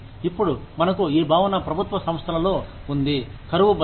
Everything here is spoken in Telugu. ఇప్పుడు మనకు ఈ భావన ప్రభుత్వ సంస్థలలో ఉంది కరువు భత్యం